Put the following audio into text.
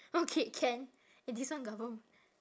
okay can eh this one confirm